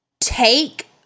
take